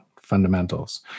fundamentals